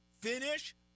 finish